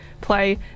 play